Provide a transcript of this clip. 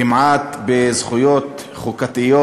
כמעט זכויות חוקתיות,